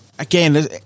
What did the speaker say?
Again